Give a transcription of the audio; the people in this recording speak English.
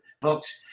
books